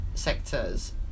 sectors